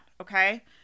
okay